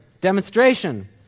Demonstration